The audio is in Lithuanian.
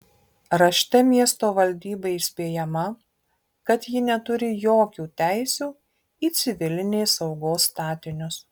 rašte miesto valdyba įspėjama kad ji neturi jokių teisių į civilinės saugos statinius